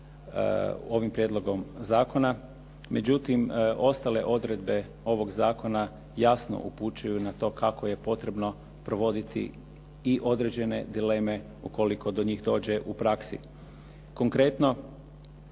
ovim prijedlogom zakona. Međutim, ostale odredbe ovoga zakona jasno upućuju u to kako je potrebno provoditi i određene dileme ukoliko do njih dođe u praksi. Konkretno